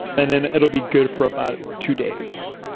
and then it'll be good for about two days.